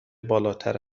بالاتر